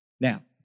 Now